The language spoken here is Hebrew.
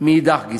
מאידך גיסא.